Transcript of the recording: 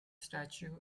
statue